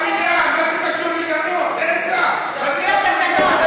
לפי התקנון צריך שר.